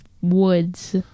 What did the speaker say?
woods